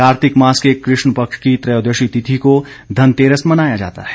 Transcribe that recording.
कार्तिक मास के कृष्ण पक्ष की त्रयोदशी तिथि को धनतेरस मनाया जाता है